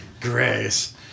Grace